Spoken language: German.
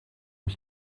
ich